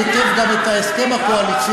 שמעתי אותך וקראתי היטב גם את ההסכם הקואליציוני,